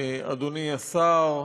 אדוני השר,